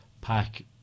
Pack